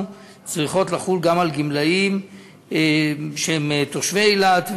צריכות לחול גם על גמלאים שהם תושבי אילת,